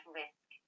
risk